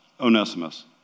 Onesimus